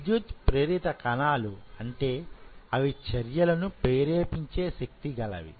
విద్యుత్ ప్రేరిత కణాలు అంటే అవి చర్యలను ప్రేరేపించే శక్తిగలవి